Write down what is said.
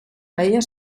feia